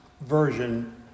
version